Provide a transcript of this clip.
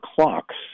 clocks